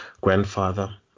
grandfather